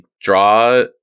draw